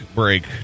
break